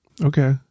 Okay